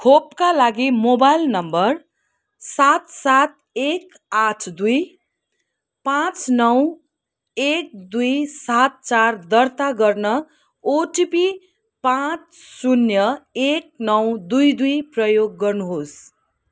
खोपका लागि mobile number सात सात एक आठ दुई पाँच नौ एक दुई सात चार दर्ता गर्न ओटिपी पाँच शून्य एक नौ दुई दुई प्रयोग गर्नुहोस्